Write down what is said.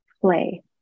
play